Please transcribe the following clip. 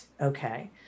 Okay